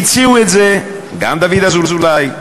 הציעו את זה גם דוד אזולאי,